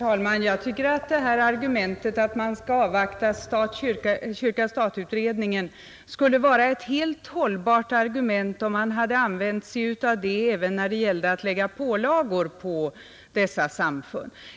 Herr talman! Det här argumentet att man skall avvakta beredningen om stat och kyrka skulle vara hållbart, om man hade använt det även när det gällde att lägga pålagor på de fria samfunden.